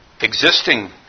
existing